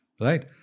Right